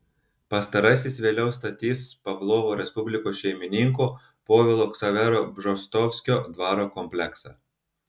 pastarasis vėliau statys pavlovo respublikos šeimininko povilo ksavero bžostovskio dvaro kompleksą